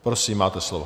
Prosím, máte slovo.